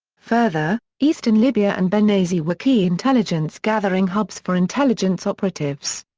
further, eastern libya and benghazi were key intelligence-gathering hubs for intelligence operatives.